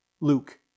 Luke